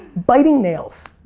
biting nails.